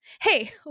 Hey